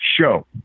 show